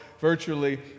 virtually